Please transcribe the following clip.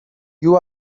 you